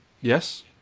yes